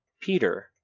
Peter